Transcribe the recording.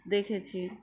দেখেছি